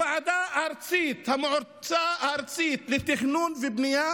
בשנת 2004 המועצה הארצית לתכנון ובנייה